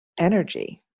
energy